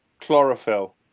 chlorophyll